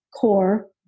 core